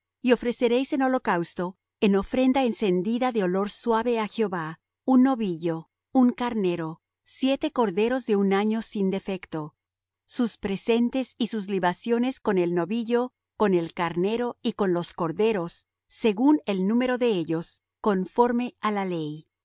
y su presente y su libación y el cuarto día diez becerros dos carneros catorce corderos de un año sin defecto sus presentes y sus libaciones con los becerros con los carneros y con los corderos según el número de ellos conforme á la ley